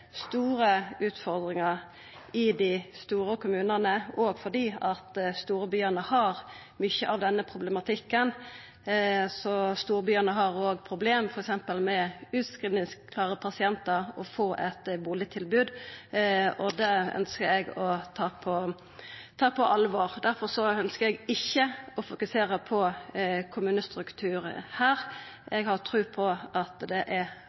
store utfordringar i dei store kommunane fordi storbyane har mykje av denne problematikken. Storbyane har òg problem f.eks. med bustadstilbod til utskrivingsklare pasientar, og det ønskjer eg å ta på alvor. Derfor ønskjer eg ikkje å fokusera på kommunestruktur her. Eg har tru på at det er